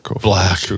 Black